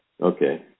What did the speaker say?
Okay